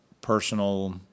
personal